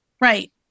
Right